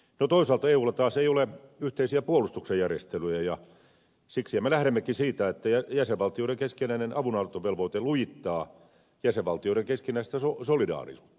no toisaalta eulla ei taas ole yhteisiä puolustuksen järjestelyjä ja siksi me lähdemmekin siitä että jäsenvaltioiden keskinäinen avunantovelvoite lujittaa jäsenvaltioiden keskinäistä solidaarisuutta